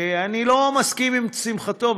אני לא מסכים עם שמחתו,